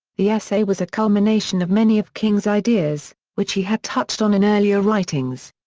the essay was a culmination of many of king's ideas, which he had touched on in earlier writings.